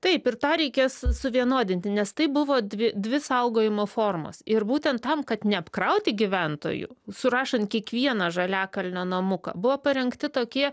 taip ir tą reikės suvienodinti nes tai buvo dvi dvi saugojimo formos ir būtent tam kad neapkrauti gyventojų surašant kiekvieną žaliakalnio namuką buvo parengti tokie